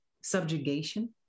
subjugation